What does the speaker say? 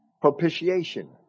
propitiation